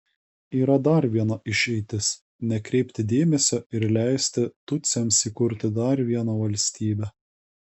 yra dar viena išeitis nekreipti dėmesio ir leisti tutsiams įkurti dar vieną valstybę